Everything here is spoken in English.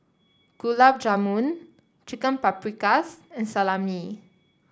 Gulab Jamun Chicken Paprikas and Salami